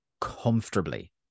comfortably